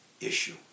issue